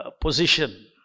position